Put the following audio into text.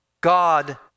God